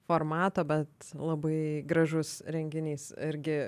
formato bet labai gražus renginys irgi